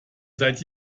seit